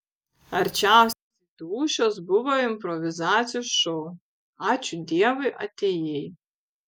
arčiausiai dūšios buvo improvizacijų šou ačiū dievui atėjai